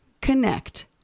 connect